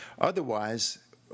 Otherwise